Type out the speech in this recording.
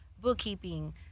bookkeeping